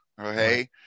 Okay